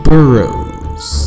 Burrows